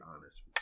honest